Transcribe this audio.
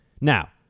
Now